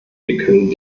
können